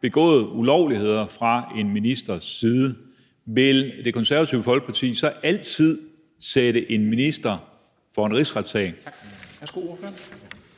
begået ulovligheder fra en ministers side, vil Det Konservative Folkeparti så altid stille en minister for en rigsret? Kl. 13:06 Formanden